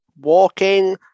walking